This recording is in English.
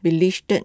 beleaguered